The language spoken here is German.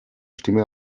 stimme